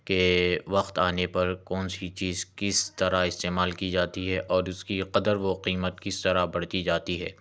کہ وقت آنے پر کون سی چیز کس طرح استعمال کی جاتی ہے اور اس کی قدر و قیمت کس طرح بڑھتی جاتی ہے